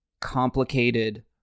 complicated